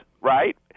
right